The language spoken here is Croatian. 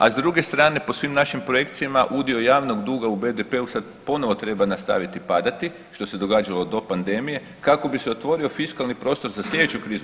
A s druge strane po svim našim projekcijama udio javnog duga u BDP-u sad ponovo treba nastaviti padati što se događalo do pandemije kako bi se otvorio fiskalni prostor za slijedeću krizu.